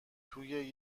توی